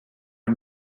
are